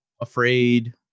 Afraid